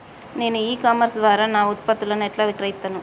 నేను e commerce ద్వారా నా ఉత్పత్తులను ఎట్లా విక్రయిత్తను?